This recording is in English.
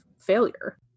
failure